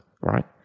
Right